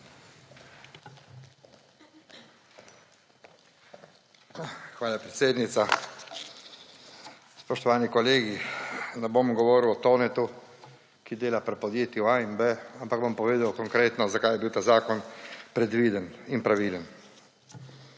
Hvala, podpredsednica. Spoštovani kolegi! Ne bom govoril o Tonetu, ki dela pri podjetju A in B, ampak bom povedal konkretno, zakaj je bil ta zakon predviden in pravilen.